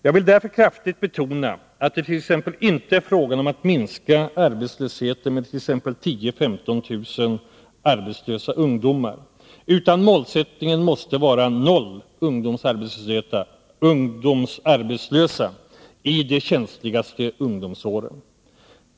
Jag vill därför kraftigt betona att det t.ex. inte är fråga om att minska arbetslösheten med exempelvis 10 000-15 000 arbetslösa ungdomar, utan målsättningen måste vara 0 arbetslösa i de känsligaste ungdomsåren.